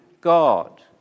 God